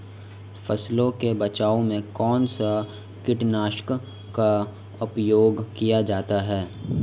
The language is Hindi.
फसलों के बचाव में कौनसा कीटनाशक का उपयोग किया जाता है?